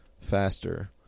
faster